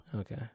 Okay